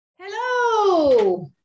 Hello